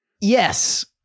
Yes